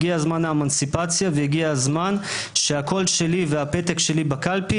הגיע זמן האמנציפציה והגיע הזמן שהקול שלי והפתק שלי בקלפי